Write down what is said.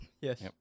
Yes